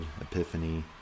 Epiphany